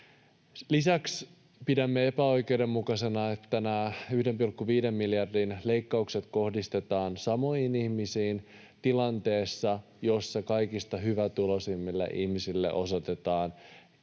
Lisäksi pidämme epäoikeudenmukaisena, että nämä 1,5 miljardin leikkaukset kohdistetaan samoihin ihmisiin tilanteessa, jossa kaikista hyvätuloisimmille ihmisille osoitetaan